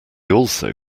also